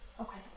okay